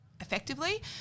effectively